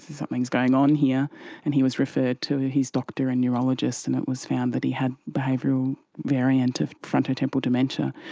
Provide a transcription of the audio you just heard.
something is going on here and he was referred to his doctor and neurologist and it was found that he had behavioural variant of frontotemporal dementia.